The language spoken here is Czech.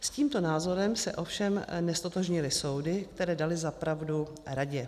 S tímto názorem se ovšem neztotožnily soudy, které daly za pravdu radě.